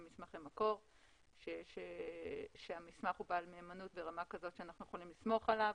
מסמכי מקור ושהמסמך הוא בעל מהימנות ברמה כזו שאנחנו יכולים לסמוך עליו,